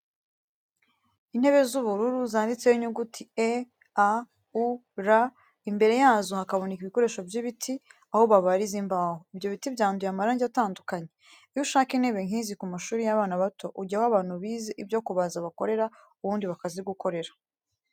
Intebe z’ubururu zanditseho inyuguti E.A.U.R, imbere yazo hakaboneka ibikoresho by’ibiti, aho babariza imbaho, ibyo biti byanduye amarangi atandukanye. Iyo ushaka intebe nkizi ku ma shuri y'abana bato, ujya aho abantu bize ibyo kubaza bakorera ubundi bakazigukorera.